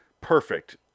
perfect